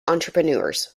entrepreneurs